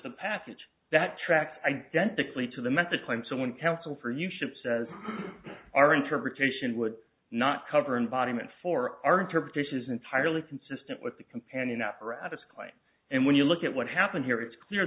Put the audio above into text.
the passage that tracked identically to the met the claim so when counsel for you ship says our interpretation would not cover environment for our interpretation is entirely consistent with the companion apparatus claim and when you look at what happened here it's clear